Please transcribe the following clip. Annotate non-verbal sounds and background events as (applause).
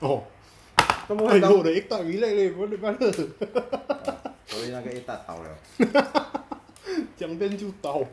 orh eh bro 我的 egg tart relax leh brother brother (laughs) 讲 van 就倒